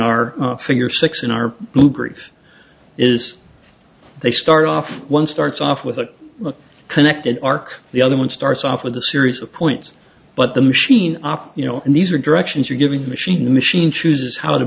our figure six in our new groove is they start off one starts off with a connected arc the other one starts off with a series of points but the machine off you know these are directions you're giving machine the machine chooses how to